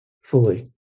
fully